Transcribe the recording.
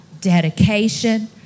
dedication